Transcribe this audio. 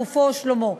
גופו או שלומו,